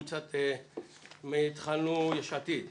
מי בעד הצעה 39 של קבוצת סיעת יש עתיד?